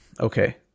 Okay